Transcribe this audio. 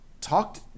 Talked